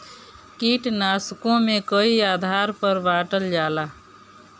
कीटनाशकों के कई आधार पर बांटल जाला